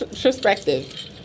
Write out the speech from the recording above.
perspective